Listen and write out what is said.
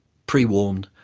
pre-warned,